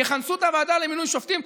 יכנסו את הוועדה למינוי שופטים?